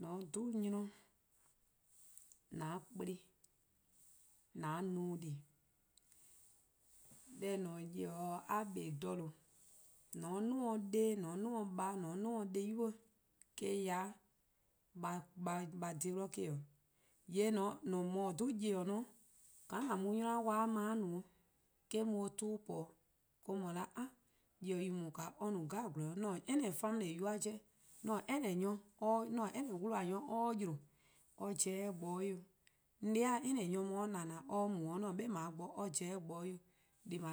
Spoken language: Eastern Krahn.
::Mor :on 'dhu 'nynor :an 'kplen, :an no-dih:, deh :on :ne nyor-kpalu' a kpa-a :dha :due', :mor :on 'duo: or 'de-' :on 'duo: or :baa'-', :on 'duo: or 'de-di' :boi'-', eh-: ya 'de a :dhe-dih eh-: 'o. :yee' :mor :or 'dhu-a nyor :kpalu: 'nor-', :ka :an mu-a 'nynor-a dih :kpon-eh no eh-: mu or 'ton-' :po 'o, 'do or 'ye :a 'o 'a! Nyor-kpalu: :daa or no :gwlor 'jeh, 'an-a'a: family :yu 'jeh 'an-a'a: any 'wluh-a-nyor :mor or 'yleor pobo 'de or bo 'weh. 'On 'dei'-a nyor :mor or :na :naaa: :mor or mu 'de or 'bo or pobo 'de or bo-dih 'weh 'o. Deh+ :daa :an pobo-a ya :me-: 'ya